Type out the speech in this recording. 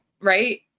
right